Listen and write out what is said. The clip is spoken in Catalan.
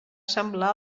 semblar